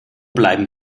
bleiben